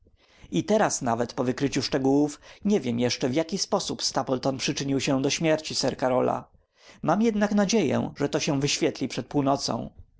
i teraz nawet po wykryciu szczegółów nie wiem jeszcze w jaki sposób stapleton przyczynił się do śmierci sir karola mam jednak nadzieję że to się wyświetli przed północą